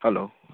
hello